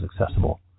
accessible